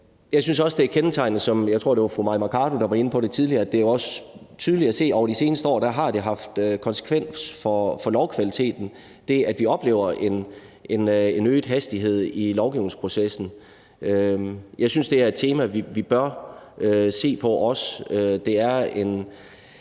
Jeg synes også, det er kendetegnende, som jeg tror fru Mai Mercado var inde på tidligere, at det er tydeligt at se, at det over de seneste år har haft konsekvens for lovkvaliteten, altså det, at vi oplever en øget hastighed i i lovgivningsprocessen. Jeg synes, det er et tema, vi bør se på også. Det er en